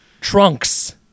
Trunks